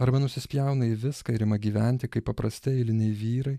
arba nusispjauna į viską ir ima gyventi kaip paprastai eiliniai vyrai